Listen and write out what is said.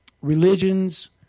religions